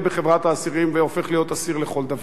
בחברת האסירים והופך להיות אסיר לכל דבר?